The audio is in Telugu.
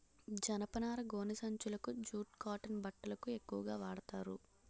జనపనార గోనె సంచులకు జూట్ కాటన్ బట్టలకు ఎక్కువుగా వాడతారు